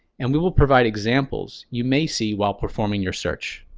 and we will provide examples you may see while performing your search.